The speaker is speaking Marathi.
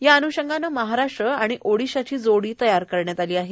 या अन्षंगाने महाराष्ट्र आणि ओडिशाची जोडी तयार करण्यात आली आहे